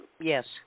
Yes